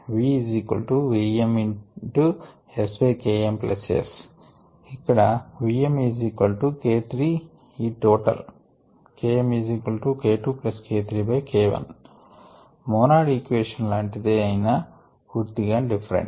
Where monad equation లాంటిదే అయినా పూర్తిగా డిఫరెంట్